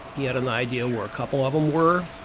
he had an idea where a couple of them were.